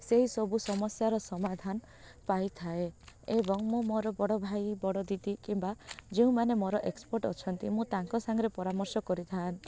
ସେହିସବୁ ସମସ୍ୟାର ସମାଧାନ ପାଇଥାଏ ଏବଂ ମୁଁ ମୋର ବଡ଼ ଭାଇ ବଡ଼ ଦିଦି କିମ୍ବା ଯେଉଁମାନେ ମୋର ଏକ୍ସପର୍ଟ ଅଛନ୍ତି ମୁଁ ତାଙ୍କ ସାଙ୍ଗରେ ପରାମର୍ଶ କରିଥାଏ